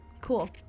Cool